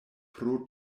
pro